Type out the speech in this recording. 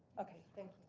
okay, thank